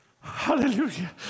Hallelujah